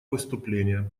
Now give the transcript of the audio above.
выступления